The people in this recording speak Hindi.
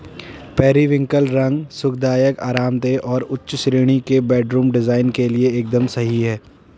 पेरिविंकल रंग सुखदायक, आरामदेह और उच्च श्रेणी के बेडरूम डिजाइन के लिए एकदम सही है